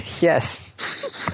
Yes